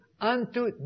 unto